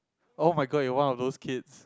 oh-my-god you are one of those kids